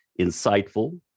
insightful